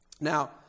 Now